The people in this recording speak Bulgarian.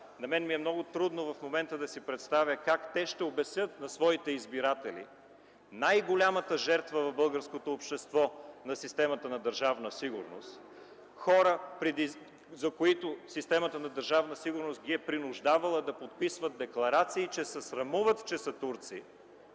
момента ми е много трудно да си представя как те ще обяснят на своите избиратели – най-голямата жертва в българското общество на системата на Държавна сигурност, хора, които системата на Държавна сигурност е принуждавала да подписват декларации, че се срамуват, че са турци